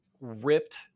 ripped